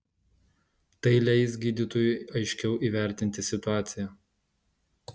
tai leis gydytojui aiškiau įvertinti situaciją